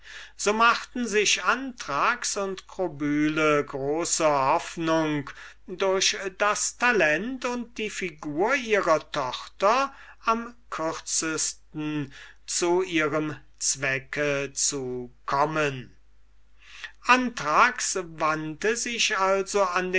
so machten sich anthrax und krobyle große hoffnung durch das talent und die figur ihrer tochter am kürzesten zu ihrem zweck zu kommen anthrax wandte sich also an